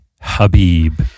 Habib